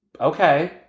Okay